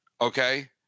okay